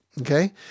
Okay